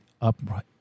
upright